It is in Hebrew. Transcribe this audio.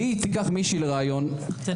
והיא תיקח מישהי לראיון עבודה,